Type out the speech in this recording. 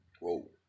Whoa